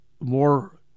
more